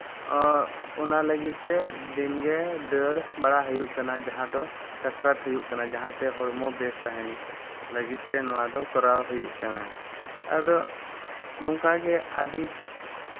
ᱚᱱᱟ ᱞᱟᱹᱜᱤᱫ ᱛᱮ ᱫᱤᱱ ᱜᱮ ᱫᱟᱹᱲ ᱵᱟᱲᱟ ᱦᱩᱭᱩᱜ ᱠᱟᱱᱟ ᱡᱟᱦᱟᱸ ᱫᱚ ᱠᱷᱟᱥᱨᱟᱛ ᱦᱩᱭᱩᱜ ᱠᱟᱱᱟ ᱡᱟᱦᱟᱸ ᱛᱮ ᱦᱚᱲᱢᱚ ᱵᱮᱥ ᱛᱟᱦᱮᱱ ᱞᱟᱹᱜᱤᱫ ᱛᱮ ᱱᱚᱣᱟ ᱫᱚ ᱠᱚᱨᱟᱣ ᱦᱩᱭᱩᱜ ᱠᱟᱱᱟ ᱟᱫᱚ ᱱᱚᱝᱠᱟ ᱜᱮ ᱟᱹᱰᱤ